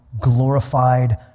glorified